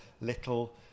little